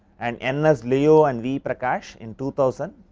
and n s liou and v prakash in two thousand,